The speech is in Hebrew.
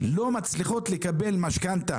לא מצליחות לקבל משכנתא